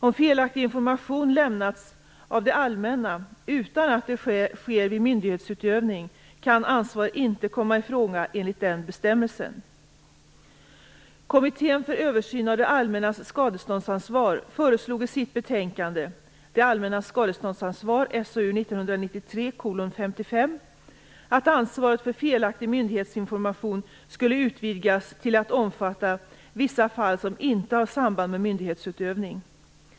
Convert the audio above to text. Om felaktig information lämnas av det allmänna utan att det sker vid myndighetsutövning, kan ansvar inte koma i fråga enligt den bestämmelsen. Kommittén för översyn av det allmännas skadeståndsansvar föreslog i sitt betänkande att ansvaret för felaktig myndighetsinformation skulle utvidgas till att även omfatta vissa fall som inte har samband med myndighetsutövning.